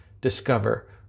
discover